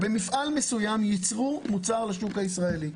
במפעל מסוים ייצרו מוצר לשוק הישראלי,